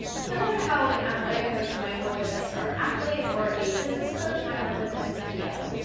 similar to how an athletic coach might work with a star athlete or a business coach might work with a ceo.